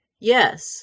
yes